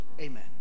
Amen